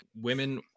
women